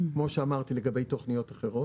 כמו שאמרתי לגבי תוכניות אחרות.